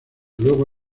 luego